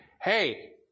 hey